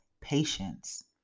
patience